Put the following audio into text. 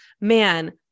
man